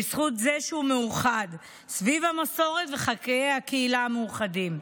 בזכות זה שהוא מאוחד סביב המסורת וחיי הקהילה המיוחדים.